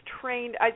trained